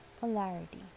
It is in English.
polarity